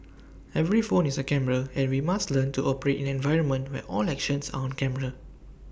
every phone is A camera and we must learn to operate in an environment where all actions are on camera